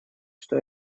что